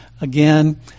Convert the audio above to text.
again